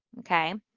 okay?